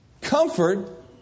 Comfort